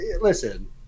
listen